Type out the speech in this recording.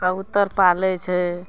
कबूत्तर पालै छै